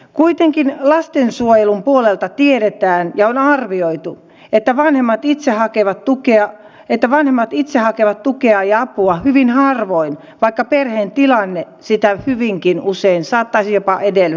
kuitenkin lastensuojelun puolelta tiedetään ja on arvioitu että vanhemmat itse hakevat tukea ja apua hyvin harvoin vaikka perheen tilanne sitä hyvinkin usein saattaisi jopa edellyttää ja vaatia